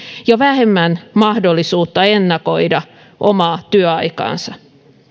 ja vähemmän mahdollisuutta ennakoida omaa työaikaansa